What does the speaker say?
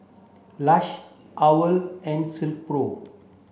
Lush OWL and Silkpro